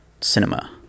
cinema